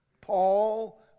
Paul